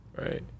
right